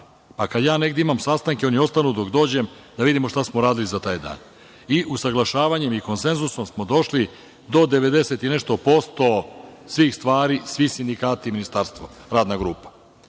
A, kada je negde imam sastanke, oni ostanu dok dođem, da vidimo šta smo uradili za taj dan. Usaglašavanjem i konsenzusom smo došli do 90 i nešto posto svih stvari, svi sindikati i Ministarstvo, radna grupa.